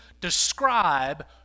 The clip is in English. describe